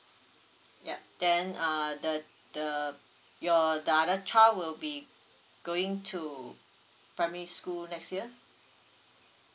yup then uh the the your the other child will be going to primary school next year